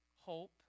Hope